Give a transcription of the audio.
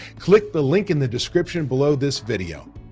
click the link in the description below this video.